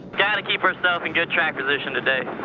got to keep yourself in good track position today.